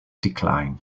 decline